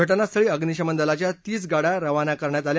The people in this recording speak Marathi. घ जास्थळी अग्निशमन दलाच्या तीस गाड्या रवाना करण्यात आल्या